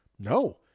No